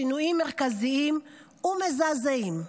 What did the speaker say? שינויים מרכזיים ומזעזעים,